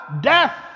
death